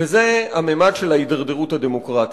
וזה הממד של ההידרדרות הדמוקרטית.